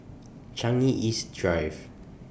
Changi East Drive